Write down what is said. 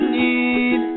need